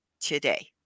today